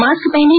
mask पहनें